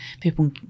people